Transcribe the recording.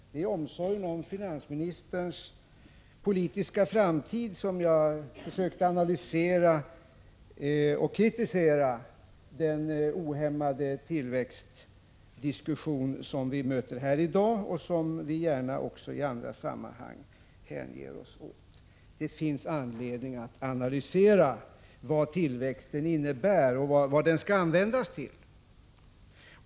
Det är i omsorg om finansministerns politiska framtid som jag har försökt analysera och kritisera den ohämmade tillväxtdiskussion som vi möter här i dag, och som vi också i andra sammanhang gärna hänger oss åt. Det finns anledning att analysera vad tillväxten innebär och skall användas till.